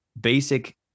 basic